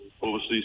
overseas